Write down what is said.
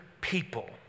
people